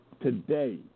today